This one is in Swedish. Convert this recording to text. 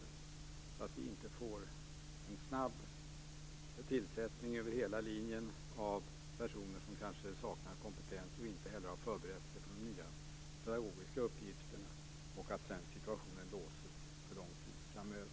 Det måste vi få för att det inte skall bli en snabb tillsättning över hela linjen av personer som kanske saknar kompetens och som inte heller har förberett sig för de nya pedagogiska uppgifterna, så att situationen sedan låses för lång tid framöver.